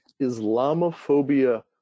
Islamophobia